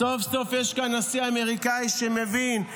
סוף-סוף יש כאן נשיא אמריקאי שמבין.